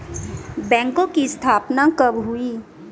बैंकों की स्थापना कब हुई?